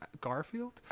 Garfield